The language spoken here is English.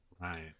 Right